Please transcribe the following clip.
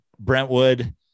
Brentwood